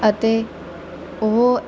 ਅਤੇ ਉਹ